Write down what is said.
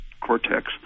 cortex